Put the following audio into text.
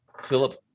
Philip